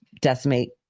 decimate